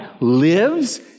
lives